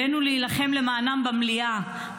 עלינו להילחם למענם במליאה,